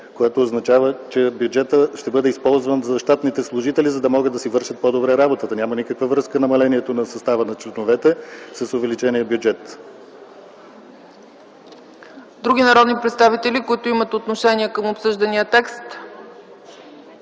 Това означава, че бюджетът ще бъде използван за щатните служители, за да могат да си вършат по-добре работата. Няма никаква връзка намалението на състава на членовете с увеличения бюджет. ПРЕДСЕДАТЕЛ ЦЕЦКА ЦАЧЕВА: Има ли други народни представители, които имат отношение към обсъждания текст?